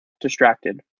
distracted